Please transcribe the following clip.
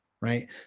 right